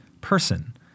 person